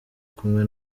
kumwe